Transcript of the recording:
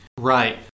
Right